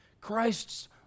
Christ's